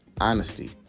honesty